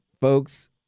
folks